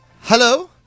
Hello